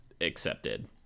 accepted